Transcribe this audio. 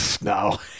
no